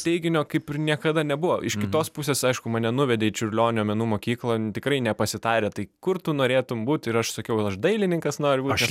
teiginio kaip ir niekada nebuvo iš kitos pusės aišku mane nuvedė į čiurlionio menų mokyklą tikrai nepasitarę tai kur tu norėtum būt ir aš sakiau kad aš dailininkas noriu būt